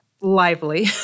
lively